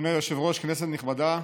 אדוני היושב-ראש, כנסת נכבדה,